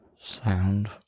Sound